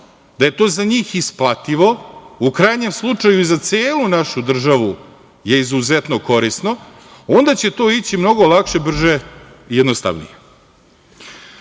da je to za njih isplativo, u krajnjem slučaju i za celu našu državu je izuzetno korisno, onda će to ići mnogo lakše, brže i jednostavnije. Jedan